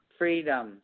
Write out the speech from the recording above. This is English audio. freedom